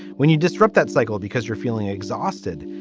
when you disrupt that cycle because you're feeling exhausted,